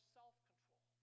self-control